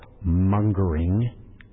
mongering